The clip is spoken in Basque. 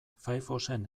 firefoxen